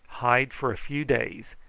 hide for a few days,